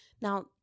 Now